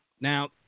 Now